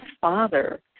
father